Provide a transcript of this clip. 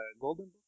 golden